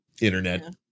Internet